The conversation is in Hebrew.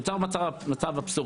נוצר מצב אבסורד,